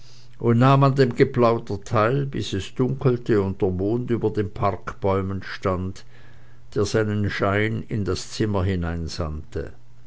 und nahm an dem geplauder teil bis es dunkelte und der mond über den parkbäumen stand der seinen schein in das zimmer